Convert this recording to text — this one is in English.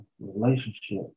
relationship